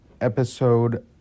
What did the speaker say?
episode